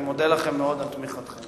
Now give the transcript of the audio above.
אני מודה לכם מאוד על תמיכתכם.